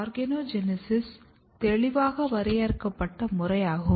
ஆர்கனோஜெனீசிஸின் தெளிவாக வரையறுக்கப்பட்ட முறையாகும்